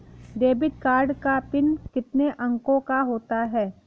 Debit card का PIN कितने अंकों का होता है?